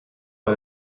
war